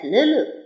Lulu